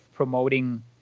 promoting